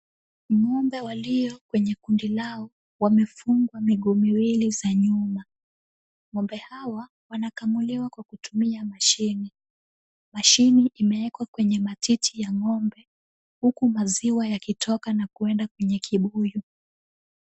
Ng'ombe walio kwenye kundi lao wamefungwa miguu miwili za nyuma. Ng'ombe hawa wanakamuliwa kwa kutumia mashine , machine imewekwa kwenye matiti ya ngombe huku maziwa yakitoka na kuenda kwenye kibuyu.